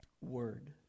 word